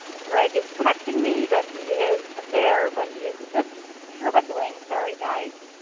greg is texting me that he is there but he is struggling. sorry guys.